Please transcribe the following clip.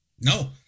no